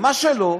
מה שלא,